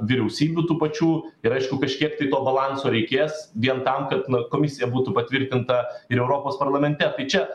vyriausybių tų pačių ir aišku kažkiek tai to balanso reikės vien tam kad nu komisija būtų patvirtinta ir europos parlamente tai čia